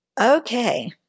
Okay